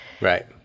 right